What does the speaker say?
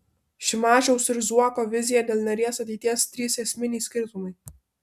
šimašiaus ir zuoko vizija dėl neries ateities trys esminiai skirtumai